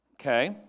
Okay